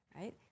right